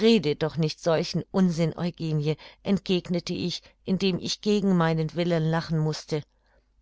rede doch nicht solchen unsinn eugenie entgegnete ich indem ich gegen meinen willen lachen mußte